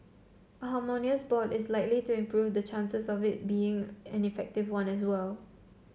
a harmonious board is likely to improve the chances of it being an effective one as well